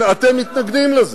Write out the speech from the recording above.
ובכן, אתם מתנגדים לזה.